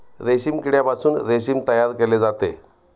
रेशीम किड्यापासून रेशीम तयार केले जाते